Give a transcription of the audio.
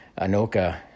Anoka